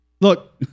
Look